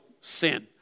sin